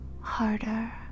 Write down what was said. harder